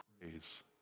Praise